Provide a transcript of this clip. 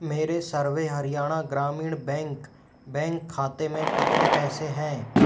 मेरे Sarva Haryana Gramin bank bank खाते में कितने पैसे हैं